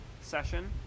session